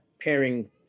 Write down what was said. pairing